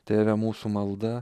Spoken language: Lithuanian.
tėve mūsų malda